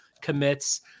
commits